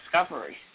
discovery